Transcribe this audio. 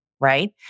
right